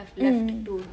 mm